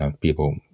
people